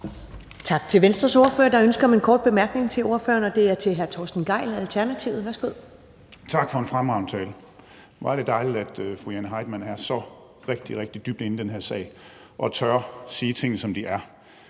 Tak til Venstres ordfører. Der er ønske om en kort bemærkning til ordføreren, og den er fra hr. Torsten Gejl, Alternativet. Værsgo. Kl. 10:27 Torsten Gejl (ALT): Tak for en fremragende tale. Hvor er det dejligt, at fru Jane Heitmann er så dybt inde i den her sag og tør sige tingene, som de er.